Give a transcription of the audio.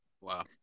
Wow